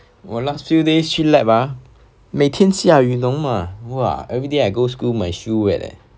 我 last few days 去 lab ah 每天下雨你懂吗 !wah! everyday I go school my shoe wet leh